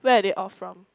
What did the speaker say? where they all from